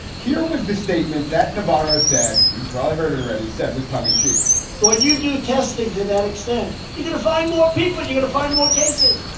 here was the statement that navarro said. you probably heard it already said was tongue in cheek would you do testing to that extent? you got to find more people. you got to find more cases.